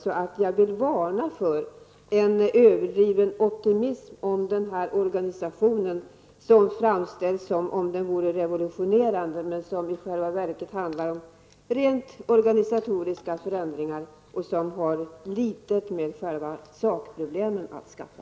Så jag vill varna för en överdriven optimism om den här organisationen, som framställs som om den vore revolutionerande men som i själva verket handlar om rent organisatoriska förändringar, som har litet med själva sakproblemen att skaffa.